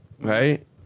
Right